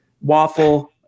waffle